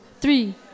three